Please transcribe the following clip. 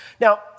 Now